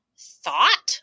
thought